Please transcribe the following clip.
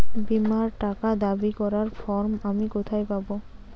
বীমার টাকা দাবি করার ফর্ম আমি কোথায় পাব?